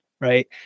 Right